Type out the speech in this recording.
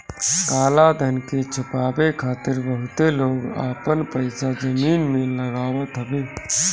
काला धन के छुपावे खातिर बहुते लोग आपन पईसा जमीन में लगावत हवे